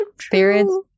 Spirits